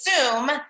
assume